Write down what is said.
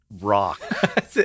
rock